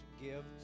give